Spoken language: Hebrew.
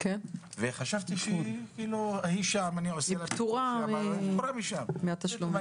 וחשבתי שהיא שם והיא פטורה מהתשלום.